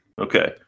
Okay